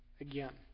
again